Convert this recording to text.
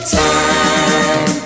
time